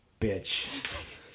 bitch